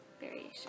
variation